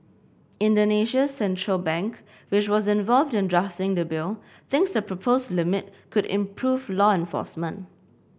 Indonesia's central bank which was involved in drafting the bill thinks the proposed limit could improve law enforcement